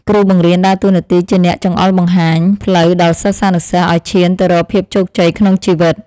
គ្រូបង្រៀនដើរតួនាទីជាអ្នកចង្អុលបង្ហាញផ្លូវដល់សិស្សានុសិស្សឱ្យឈានទៅរកភាពជោគជ័យក្នុងជីវិត។